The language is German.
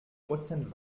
prozent